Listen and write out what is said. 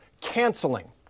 canceling